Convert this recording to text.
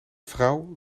vrouw